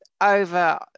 over